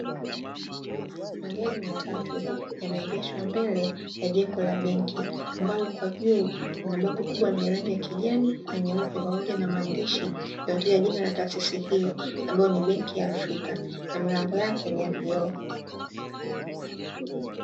Magari matatu yameegeshwa mbele ya jengo la benki, ambalo kwa juu lina bango kubwa lenye rangi ya kijani na nyeupe pamoja na maandishi yaliyotaja jina la taasisi hiyo ambayo ni ''benki ya Africa''; na milango yake ni ya vioo.